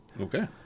Okay